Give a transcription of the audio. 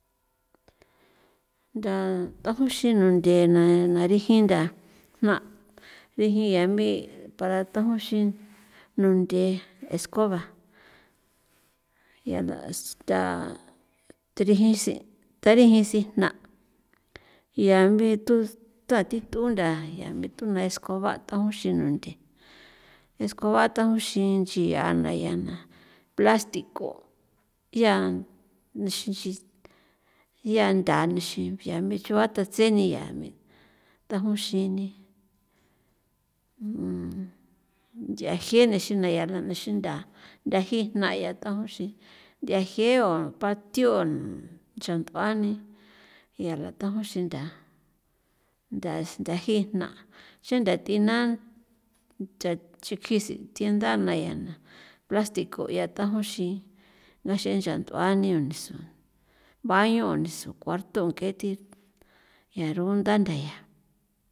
ntha taju xinunthe na na rijin ntha, jna' riji yami para tajuxi nunthe escoba yala ntha tirijisi tarijisi jna' yami tu tati t'unda yami tuni escoba taunxi nunthe escoba taunxi nchiana yana plastico ya nixin nchi ya ntha nixin ya me chuata tseni ya me thajun xini nch'an jieni dexina yala nexintha ntha jii jna ya taunxi ntha jié o patio ncha nd'uani yala taunxi ntha ntha nthaji jna xanda t'ina ntha chukjisi tiendana yana plastico ya tajunxi ya xen ncha nd'uani onison baño o nisun cuarto ng'e thi, ya rugunda ntha ya.